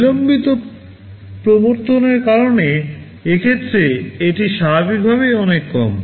বিলম্বিত প্রবর্তনের কারণে এ ক্ষেত্রে এটি স্বাভাবিকভাবেই অনেক কম